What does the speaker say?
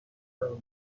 توانید